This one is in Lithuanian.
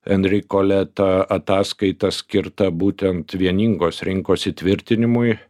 henri koleta ataskaita skirta būtent vieningos rinkos įtvirtinimui